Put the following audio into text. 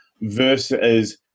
versus